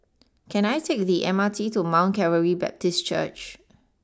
can I take the M R T to Mount Calvary Baptist Church